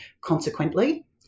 consequently